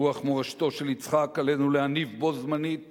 ברוח מורשתו של יצחק עלינו להניף בו-זמנית